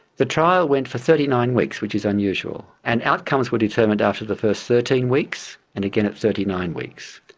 the trial went for thirty nine weeks, which is unusual. and outcomes were determined after the first thirteen weeks and again at thirty nine weeks.